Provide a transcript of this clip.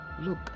look